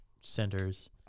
centers